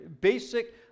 basic